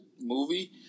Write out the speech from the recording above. movie